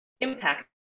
impact